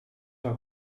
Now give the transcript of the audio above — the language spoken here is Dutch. haar